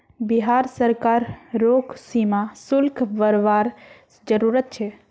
बिहार सरकार रोग सीमा शुल्क बरवार जरूरत छे